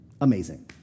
amazing